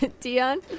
Dion